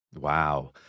Wow